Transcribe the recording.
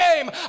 game